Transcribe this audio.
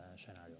scenario